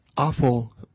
awful